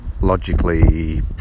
logically